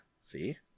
See